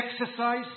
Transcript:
exercise